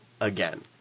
again